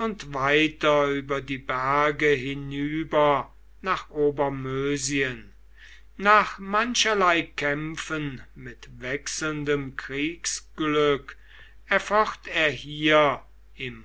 und weiter über die berge hinüber nach obermösien nach mancherlei kämpfen mit wechselndem kriegsglück erfocht er hier im